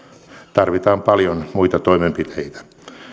tarvitaan paljon muita toimenpiteitä